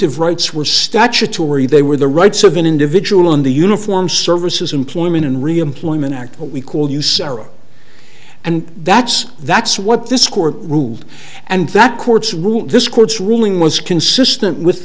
substantive rights were statutory they were the rights of an individual in the uniform services employment and reemployment act we called you sarah and that's that's what this court ruled and that courts ruled this court's ruling was consistent with